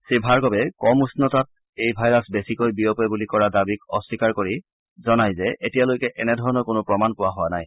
শ্ৰীভাৰ্গবে কম উষ্ণতাত এই ভাইৰাছ বেছিকৈ বিয়পে বুলি কৰা দাবীক অশ্নীকাৰ কৰি জনাই যে এতিয়ালৈকে এনেধৰণৰ কোনো প্ৰমাণ পোৱা হোৱা নাই